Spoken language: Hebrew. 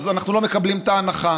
אנחנו לא מקבלים את ההנחה.